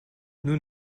nous